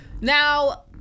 Now